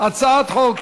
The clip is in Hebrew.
הצעת חוק